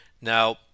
Now